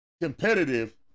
competitive